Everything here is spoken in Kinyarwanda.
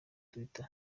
twitter